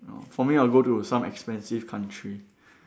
no for me I'll go to some expensive country